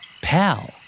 Pal